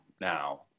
now